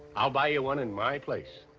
ah buy you one in my place.